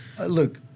Look